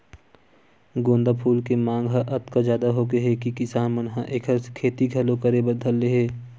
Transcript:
गोंदा फूल के मांग ह अतका जादा होगे हे कि किसान मन ह एखर खेती घलो करे बर धर ले हे